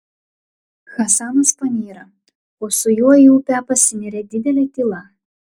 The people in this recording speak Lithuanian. hasanas panyra o su juo į upę pasineria didelė tyla